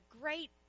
great